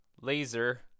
laser